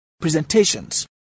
presentations